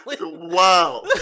Wow